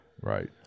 right